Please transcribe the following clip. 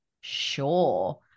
sure